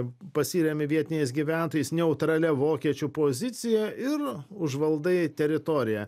pasiremi vietiniais gyventojais neutralia vokiečių pozicija ir užvaldai teritoriją